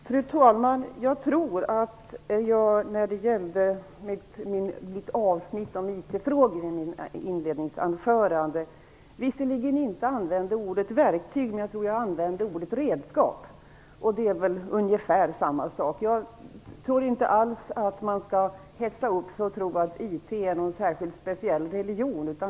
Fru talman! I avsnittet om IT-frågorna i mitt huvudanförande använde jag visserligen inte ordet "verktyg" utan "redskap", och det är ungefär samma sak. Jag tror inte alls att man skall hetsa upp sig och tro att IT är någon särskild religion.